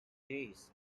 days